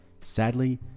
sadly